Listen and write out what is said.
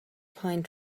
pine